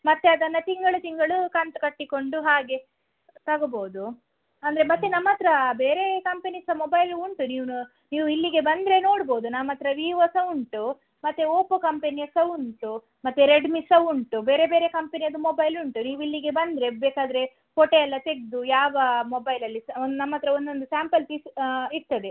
ಮತ್ತು ಅದನ್ನು ತಿಂಗಳು ತಿಂಗಳು ಕಂತು ಕಟ್ಟಿಕೊಂಡು ಹಾಗೆ ತಗೊಬೋದು ಅಂದರೆ ಮತ್ತು ನಮ್ಮ ಹತ್ರ ಬೇರೆ ಕಂಪೆನಿ ಸಹ ಮೊಬೈಲ್ ಉಂಟು ನೀವು ನೀವು ಇಲ್ಲಿಗೆ ಬಂದರೆ ನೋಡ್ಬೋದು ನಮ್ಮ ಹತ್ರ ವಿವೋ ಸಹ ಉಂಟು ಮತ್ತು ಒಪ್ಪೊ ಕಂಪಿನಿಯದ್ದು ಸಹ ಉಂಟು ಮತ್ತು ರೆಡ್ಮಿ ಸಹ ಉಂಟು ಬೇರೆ ಬೇರೆ ಕಂಪ್ನಿಯದ್ದು ಮೊಬೈಲ್ ಉಂಟು ನೀವಿಲ್ಲಿಗೆ ಬಂದರೆ ಬೇಕಾದರೆ ಫೊಟೊ ಎಲ್ಲ ತೆಗೆದು ಯಾವ ಮೊಬೈಲ್ ಅಲ್ಲಿ ಸಹ ನಮ್ಮ ಹತ್ರ ಒಂದೊಂದು ಸ್ಯಾಂಪಲ್ ಪೀಸ್ ಇರ್ತದೆ